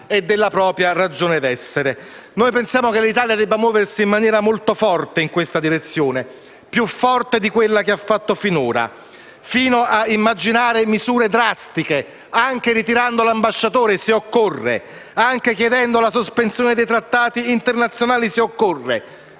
e della propria ragione d'essere. Noi pensiamo che l'Italia debba muoversi in maniera molto forte in questa direzione, e più forte rispetto a quanto ha fatto finora, fino a immaginare misure drastiche, anche ritirando l'ambasciatore, se occorre, e anche chiedendo la sospensione dei trattati internazionali, se occorre.